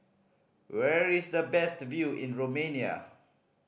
where is the best view in Romania